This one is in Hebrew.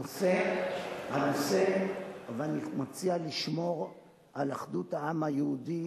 אני מציע לשמור על אחדות העם היהודי,